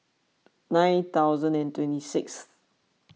nine thousand and twenty sixth